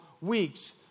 weeks